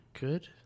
good